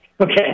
Okay